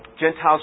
Gentiles